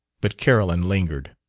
but carolyn lingered.